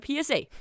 PSA